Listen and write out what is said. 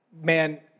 man